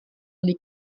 les